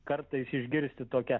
kartais išgirsti tokią